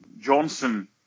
Johnson